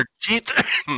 teeth